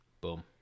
Boom